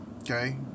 Okay